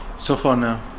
so far, no,